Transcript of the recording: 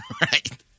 Right